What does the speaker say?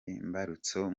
imbarutso